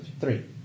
Three